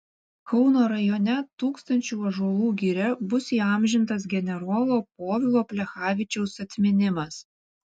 kauno rajone tūkstančių ąžuolų giria bus įamžintas generolo povilo plechavičiaus atminimas